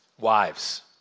Wives